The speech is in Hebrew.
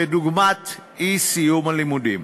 דוגמת אי-סיום הלימודים.